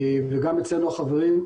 אצלנו החברים,